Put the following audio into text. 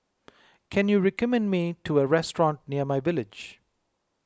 can you recommend me to a restaurant near myVillage